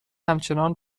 همچنان